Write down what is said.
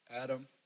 Adam